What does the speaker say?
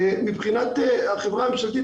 מבחינת החברה הממשלתית,